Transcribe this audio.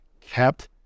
kept